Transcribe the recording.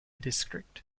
district